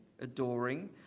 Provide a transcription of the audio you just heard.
adoring